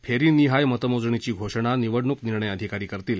फेरी निहाय मतमोजणीची घोषणा निवडणूक निर्णय अधिकारी करतील